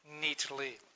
neatly